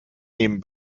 nehmen